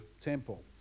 temple